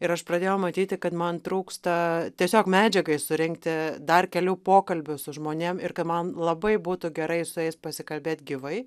ir aš pradėjau matyti kad man trūksta tiesiog medžiagai surinkti dar kelių pokalbių su žmonėm ir ka man labai būtų gerai su jais pasikalbėt gyvai